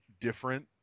different